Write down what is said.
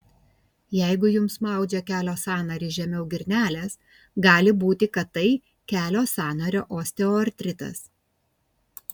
jeigu jums maudžia kelio sąnarį žemiau girnelės gali būti kad tai kelio sąnario osteoartritas